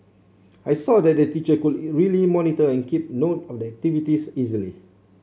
I saw that the teacher could really monitor and keep note of the activities easily